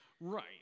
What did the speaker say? Right